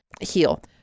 heal